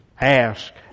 ask